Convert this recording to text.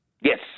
Yes